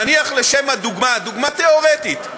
נניח לשם הדוגמה, דוגמה תיאורטית,